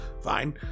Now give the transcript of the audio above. Fine